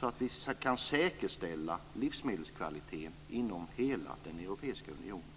så att vi kan säkerställa livsmedelskvaliteten inom hela den europeiska unionen.